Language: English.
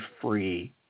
free